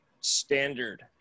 standard